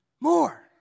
more